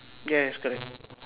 yes correct